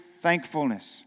thankfulness